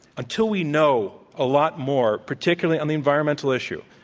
until we know a lot more, particularly on the environmental issue,